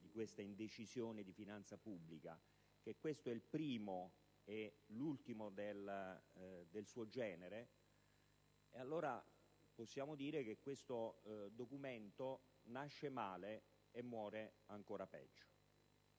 di questa «indecisione di finanza pubblica» - che questo documento è il primo e l'ultimo del suo genere, allora possiamo dire che esso nasce male e muore ancora peggio.